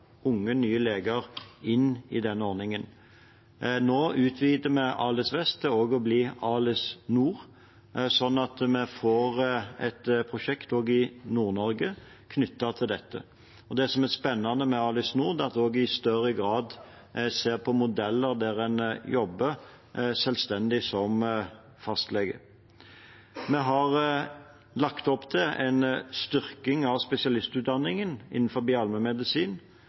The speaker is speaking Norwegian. nye, unge leger inn i denne ordningen. Nå utvider vi ALIS-Vest til også å bli ALIS-Nord, sånn at vi får et prosjekt også i Nord-Norge knyttet til dette. Det som er spennende med ALIS-Nord, er at en i større grad ser på modeller der en jobber selvstendig som fastlege. Vi har lagt opp til en styrking av spesialistutdanningen